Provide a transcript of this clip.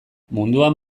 munduan